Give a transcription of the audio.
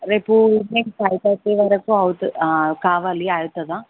రేపు evening five thirty వరకు అవుత కావాలి అవుతుందా